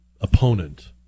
opponent